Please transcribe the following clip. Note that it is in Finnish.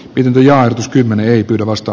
pitempi ja kymmene ei pyydä vasta